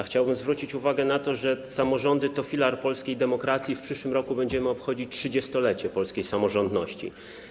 Chciałbym zwrócić uwagę na to, że samorządy to filar polskiej demokracji i w przyszłym roku będziemy obchodzić 30-lecie polskiej samorządności.